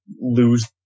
lose